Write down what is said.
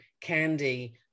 candy